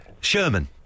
Sherman